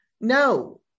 No